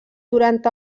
durant